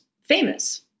famous